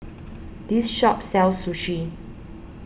this shop sells Sushi